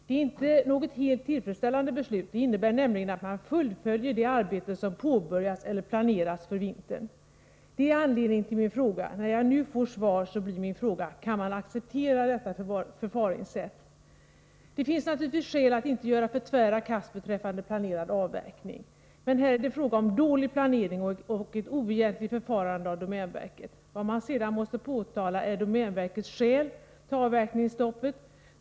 Det är inte något helt tillfredsställande beslut, det innebär nämligen att man fullföljer de arbeten som har påbörjats eller planerats för vintern. Det är anledningen till min fråga. När jag nu får svar blir min fråga: Kan man acceptera detta förfaringssätt? Det finns naturligtvis skäl att inte göra för tvära kast beträffande planerad avverkning. Men här är det fråga om dålig planering och ett oegentligt förfarande av domänverket. Vad som sedan måste påtalas är domänverkets skäl till avverkningsstoppet.